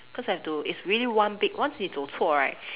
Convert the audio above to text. cause I have to it's really one big once 你走错 right